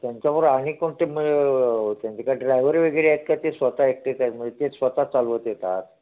त्यांच्याबरो आणि कोणते मग त्यांचे काय ड्रायव्हर वगैरे आहेत का ते स्वतः एकटेच आहेत म्हणजे ते स्वतः चालवत येतात